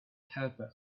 helper